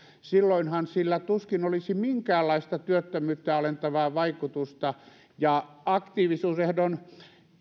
silloinhan sillä tuskin olisi minkäänlaista työttömyyttä alentavaa vaikutusta ja aktiivisuusehdon